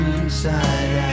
inside